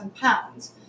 pounds